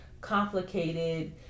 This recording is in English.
complicated